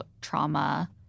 trauma